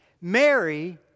Mary